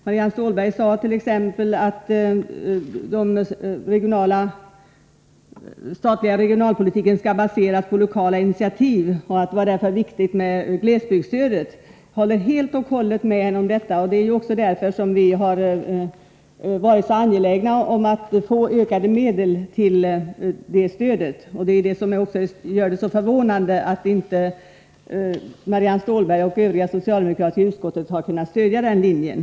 Marianne Stålberg sade t.ex. att den statliga regionalpolitiken skall baseras på lokala initiativ och att det därför var viktigt med glesbygdsstödet. Jag håller helt och hållet med henne om detta, och det är därför som vi har varit så angelägna om att få ökade medel till detta stöd. Det är då förvånande att Marianne Stålberg och Övriga socialdemokrater i utskottet inte har kunnat stödja den linjen.